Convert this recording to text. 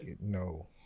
No